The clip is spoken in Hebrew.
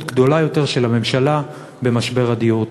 גדולה יותר של הממשלה במשבר הדיור.